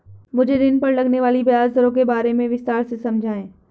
मुझे ऋण पर लगने वाली ब्याज दरों के बारे में विस्तार से समझाएं